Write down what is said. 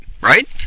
right